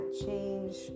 change